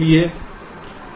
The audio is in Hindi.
इसलिए